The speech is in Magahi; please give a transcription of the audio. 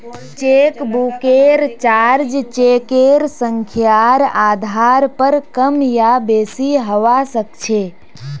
चेकबुकेर चार्ज चेकेर संख्यार आधार पर कम या बेसि हवा सक्छे